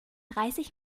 dreißig